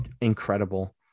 incredible